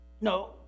No